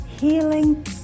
healing